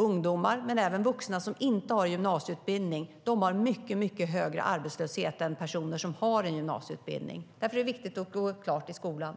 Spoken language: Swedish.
Ungdomar och vuxna som inte har gymnasieutbildning har mycket högre arbetslöshet än personer som har en gymnasieutbildning. Därför är det viktigt att gå klart skolan.